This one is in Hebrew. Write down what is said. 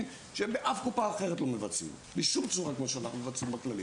שבאף קופה אחרת לא מבצעים בשום צורה כמו שאנחנו מבצעים בכללית,